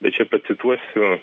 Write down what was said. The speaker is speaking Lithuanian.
bet čia pacituosiu